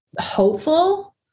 hopeful